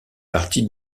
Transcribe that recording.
partie